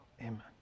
Amen